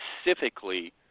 specifically